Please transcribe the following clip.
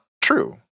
true